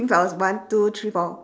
one two three four